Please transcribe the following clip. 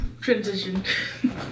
transition